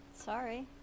Sorry